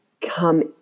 Come